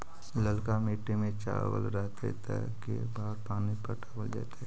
ललका मिट्टी में चावल रहतै त के बार पानी पटावल जेतै?